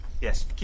Yes